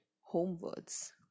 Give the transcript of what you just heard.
homewards